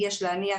יש להניח,